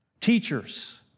Teachers